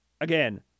Again